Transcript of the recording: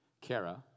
Kara